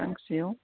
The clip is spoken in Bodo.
गांसेयाव